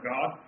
God